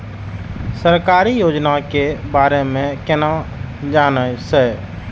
सरकारी योजना के बारे में केना जान से?